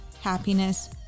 happiness